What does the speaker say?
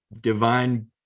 divine